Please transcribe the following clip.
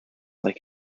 like